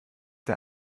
der